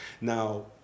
Now